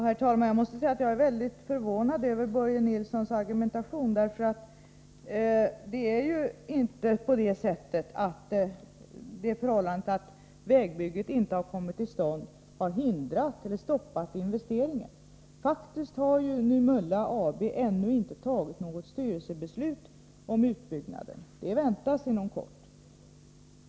Herr talman! Jag måste säga att jag är mycket förvånad över Börje Nilssons argumentation. Det är ju inte så, att det förhållandet att vägbygget inte har kommit till stånd har hindrat eller stoppat investeringar. Nymölla AB har faktiskt ännu inte fattat något styrelsebeslut om utbyggnaden. Det väntas inom kort.